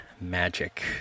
magic